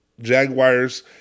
Jaguars